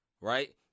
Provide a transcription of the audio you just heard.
right